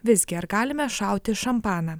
visgi ar galime šauti šampaną